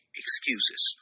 excuses